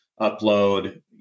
upload